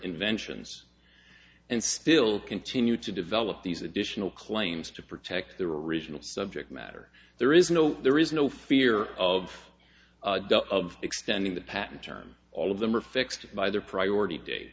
inventions and still continue to develop these additional claims to protect the original subject matter there is no there is no fear of of extending the patent term all of them are fixed by their priority date